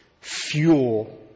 fuel